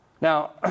Now